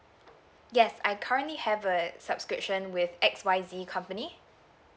yes I currently have a subscription with X Y Z company